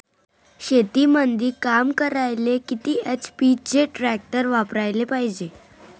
शेतीमंदी काम करायले किती एच.पी चे ट्रॅक्टर वापरायले पायजे?